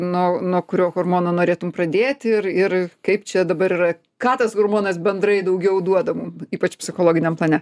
nuo nuo kurio hormono norėtum pradėti ir ir kaip čia dabar yra ką tas hormonas bendrai daugiau duoda mum ypač psichologiniam plane